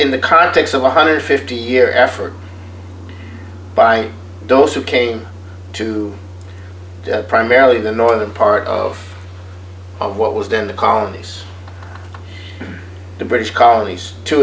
in the context of one hundred and fifty year effort by those who came to primarily the northern part of what was then the colonies the british colonies to